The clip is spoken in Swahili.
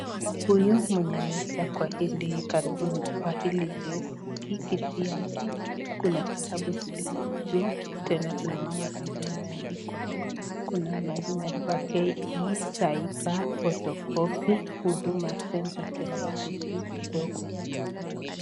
Hapa huyu mwenye amekaa kwa hili karibuni kwa hili deski kiti yake, kuna vitabu zilizo juu. Tena tunaona hapa pameandikwa, kuna mahali pameandikwa KE cyber photocopy, huduma center tena iko juu kidogo.